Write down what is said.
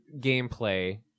gameplay